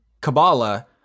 Kabbalah